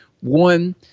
One